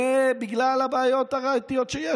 זה בגלל הבעיות הראייתיות שיש,